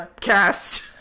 cast